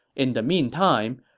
in the meantime,